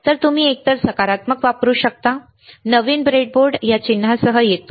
तर तुम्ही एकतर सकारात्मक वापरू शकता नवीन ब्रेडबोर्ड या चिन्हासह येतो